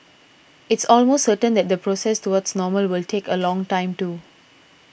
it's almost certain that the process towards normal will take a long time too